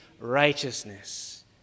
righteousness